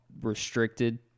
restricted